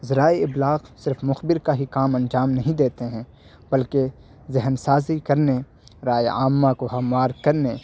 ذرائع ابلاغ صرف مخبر کا ہی کام انجام نہیں دیتے ہیں بلکہ ذہن سازی کرنے رائے عامہ کو ہموار کرنے